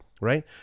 right